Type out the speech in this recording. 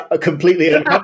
completely